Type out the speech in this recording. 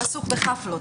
הוא עסוק בחפלות.